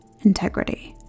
integrity